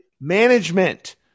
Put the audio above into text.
management